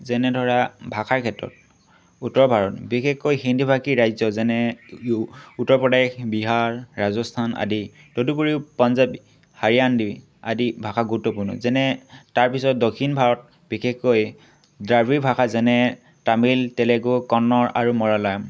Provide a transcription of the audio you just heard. যেনে ধৰা ভাষাৰ ক্ষেত্ৰত উত্তৰ ভাৰত বিশেষকৈ হিন্দীভাষী ৰাজ্য যেনে উত্তৰ প্ৰদেশ বিহাৰ ৰাজস্থান আদি তদুপৰিও পঞ্জাৱী হাৰিআনদি আদি ভাষা গুৰুত্বপূৰ্ণ যেনে তাৰপিছত দক্ষিণ ভাৰত বিশেষকৈ দ্ৰাবীড় ভাষা যেনে তামিল তেলেগু কন্নড় আৰু মালায়ালম